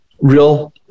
real